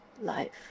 life